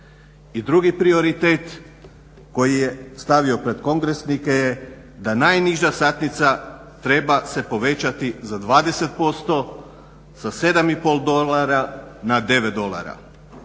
I drugi prioritet koji je stavio pred kongresnike je da najniža satnica treba se povećati za 20% sa 7 i pol dolara na 9 dolara,